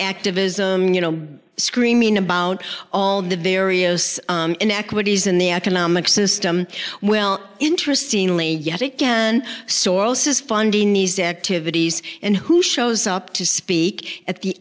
activism you know screaming about all the various inequities in the economic system well interestingly yet again soros is funding these activities and who shows up to speak at the